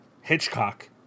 Hitchcock